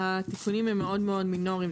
התיקונים הם מאוד מאוד מינוריים.